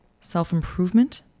self-improvement